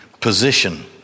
position